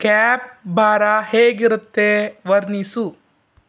capybara ಹೇಗಿರುತ್ತೆ ವರ್ಣಿಸು